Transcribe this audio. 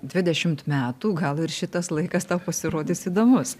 dvidešimt metų gal ir šitas laikas tau pasirodys įdomus